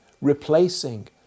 replacing